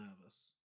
nervous